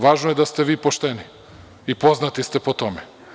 Važno je da ste vi pošteni i poznati ste po tome.